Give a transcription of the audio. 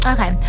Okay